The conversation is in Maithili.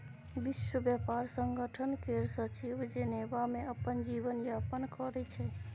विश्व ब्यापार संगठन केर सचिव जेनेबा मे अपन जीबन यापन करै छै